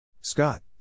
Scott